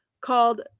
called